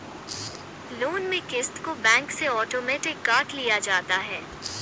loan में क़िस्त को बैंक से आटोमेटिक काट लिया जाता है